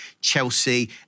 Chelsea